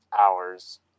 hours